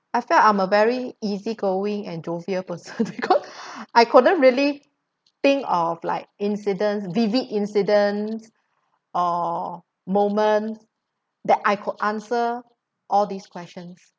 I felt I'm a very easygoing and jovial person I couldn't really think of like incidents vivid incidents or moment that I could answer all these questions